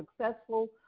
successful